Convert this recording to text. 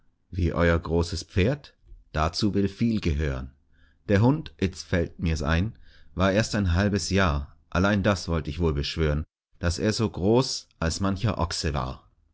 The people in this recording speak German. wie euer großes pferd dazu will viel gehören der hund itzt fällt mirs ein war erst ein halbes jahr allein das wollt ich wohl beschwören daß er so groß als mancher ochse war